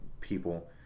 people